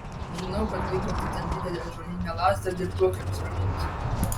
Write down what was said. žinau kad laikote ten didelę ąžuolinę lazdą girtuokliams raminti